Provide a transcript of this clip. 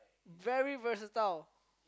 very versatile